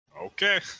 Okay